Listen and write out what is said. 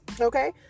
okay